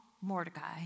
Mordecai